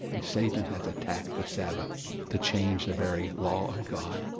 and satan has attacked the sabbath to change the very law of god,